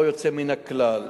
לא רק ערבים, לאחרונה,